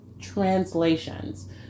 translations